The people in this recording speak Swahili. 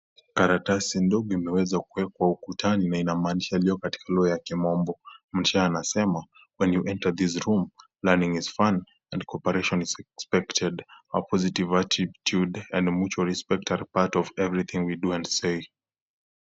Karatasi ndogo imeweza kuwekwa ukutani na ina maandishi yaliyo katika lugha ya kimombo, mshaa anasema " when you enter this room, learning is fun and cooperation is expected, a positive attitude and mutual respect are part of everything we do and say" .